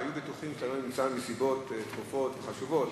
הם היו בטוחים שאתה לא נמצא בשל סיבות דחופות וחשובות,